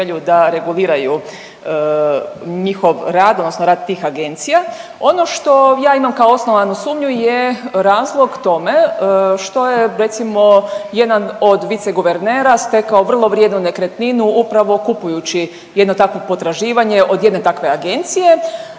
da reguliraju njihov rad odnosno rad tih agencija. Ono što ja imam kao osnovanu sumnju je razlog tome što je recimo jedan od viceguvernera stekao vrlo vrijednu nekretninu upravo kupujući jedno takvo potraživanje od jedne takve agencije.